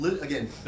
again